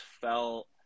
felt